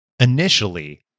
initially